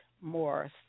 more